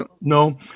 no